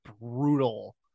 brutal